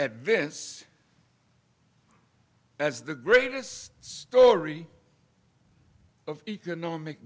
at this as the greatest story of economic